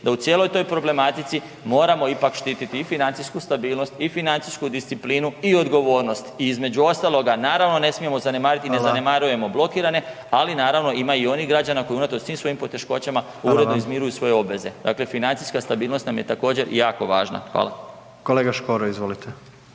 da u cijeloj toj problematici moramo ipak štiti i financijsku stabilnost i financijsku disciplinu i odgovornost i između ostaloga naravno ne smijemo zanemariti …/Upadica: Hvala/…i ne zanemarujemo blokirane, ali naravno ima i onih građana koji unatoč svim svojim poteškoćama …/Upadica: Hvala vam/… uredno izmiruju svoje obveze, dakle financijska stabilnost nam je također jako važna. Hvala. **Jandroković,